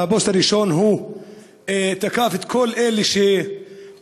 בפוסט הראשון הוא תקף את כל אלה שמהללים,